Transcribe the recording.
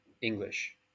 English